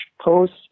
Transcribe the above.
post